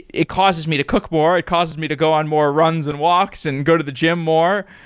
it causes me to cook more. it causes me to go on more runs and walks and go to the gym more.